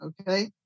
okay